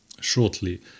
shortly